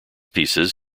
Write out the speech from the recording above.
pieces